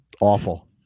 awful